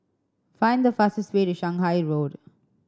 find the fastest way to Shanghai Road